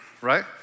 right